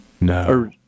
No